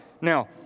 Now